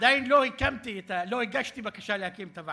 עדיין לא הגשתי בקשה להקים את הוועדה.